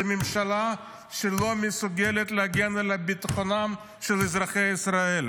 זו ממשלה שלא מסוגלת להגן על ביטחונם של אזרחי ישראל.